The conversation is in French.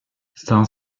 cinq